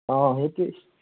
অ' সেইটোৱে